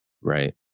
Right